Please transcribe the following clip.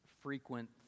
frequent